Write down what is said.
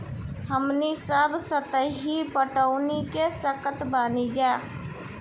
हमनी सब सतही पटवनी क सकतऽ बानी जा